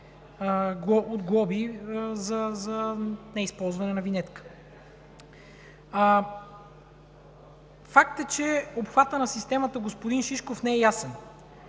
от глоби за неизползване на винетка. Факт е, че обхватът на системата, господин Шишков, не е ясен